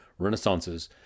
renaissances